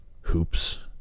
hoops